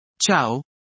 Ciao